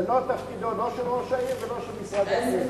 זה לא תפקידו, לא של ראש העיר ולא של משרד הפנים.